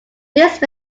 these